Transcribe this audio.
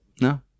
No